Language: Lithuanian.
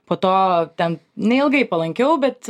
po to ten neilgai palankiau bet